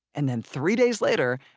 and then, three days later,